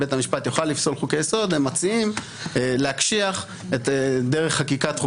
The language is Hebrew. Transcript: אין לבית המשפט יתרון מוסדי להכריע בהכרעות ערכיות כאלה ואני אתן דוגמה.